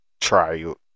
trial